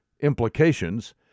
Implications